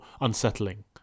unsettling